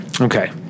Okay